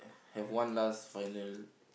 have one last final